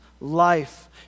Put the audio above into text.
life